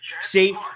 See